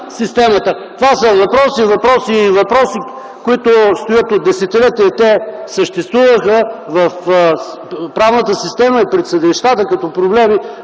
системата, това са въпроси, въпроси и въпроси, които стоят от десетилетия. Те съществуваха в правната система и пред съдилищата като проблеми